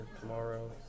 tomorrow